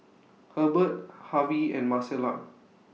Herbert Harvy and Marcela